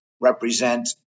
represent